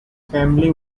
family